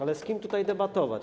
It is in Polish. Ale z kim tutaj debatować?